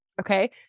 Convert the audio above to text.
Okay